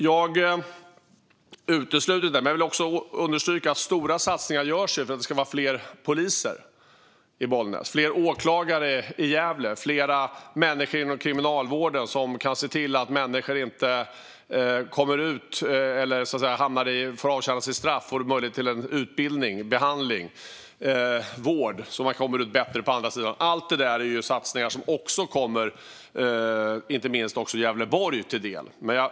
Men jag utesluter det inte. Jag vill också understryka att det görs stora satsningar för att det ska bli fler poliser i Bollnäs, fler åklagare i Gävle och fler som arbetar inom kriminalvården. Då kan man se till att personer får avtjäna sina straff och får möjlighet till utbildning, behandling och vård, så att de kommer ut bättre på andra sidan. Allt det är satsningar som också kommer att komma inte minst Gävleborg till del.